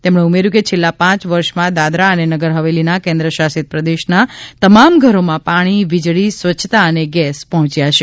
તેમણે ઉમેર્યું કે છેલ્લા પાંચ વર્ષમાં દાદરા અને નગર હવેલીના કેન્દ્ર શાસિત પ્રદેશના તમામ ઘરોમાં પાણી વીજળી સ્વચ્છતા અને ગેસ પહોંચ્યા છે